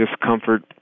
discomfort